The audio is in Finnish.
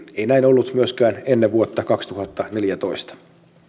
ei näin ollut myöskään ennen vuotta kaksituhattaneljätoista